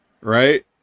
right